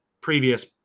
previous